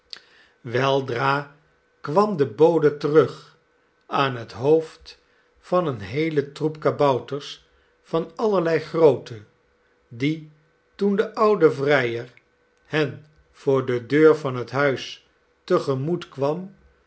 weldra kwam de bode terug aan het hoofd van een heelen troep kabouters van allerlei grootte die toen de oude vrijer hen voor de deur van het huis te gemoet kwam